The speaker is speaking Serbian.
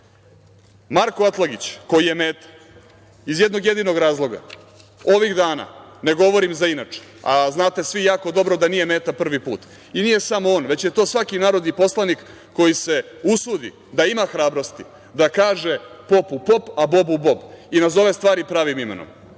Atlagić koji je meta iz jednog jedinog razloga, ovih dana, ne govorim za inače, a znate svi jako dobro da nije meta prvi put. I nije samo on već je to svaki narodni poslanik koji se usudi da ima hrabrosti da kaže popu pop, a bobu bob i nazove stvari pravim imenom,